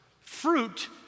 Fruit